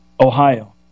Ohio